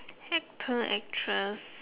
actor actress